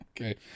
Okay